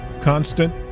constant